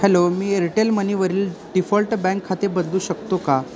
hello मी Airtel मनीवरील default bank खाते बदलू शकतो का